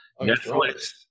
Netflix